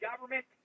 Government